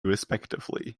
respectively